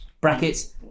Brackets